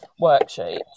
worksheet